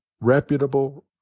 reputable